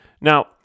Now